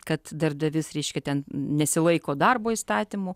kad darbdavys reiškia ten nesilaiko darbo įstatymų